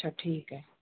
अच्छा ठीकु आहे